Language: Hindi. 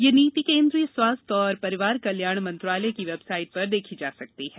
यह नीति केंद्रीय स्वास्थ्य और परिवार कल्याण मंत्रालय की वेबसाइट पर देखी जा सकती है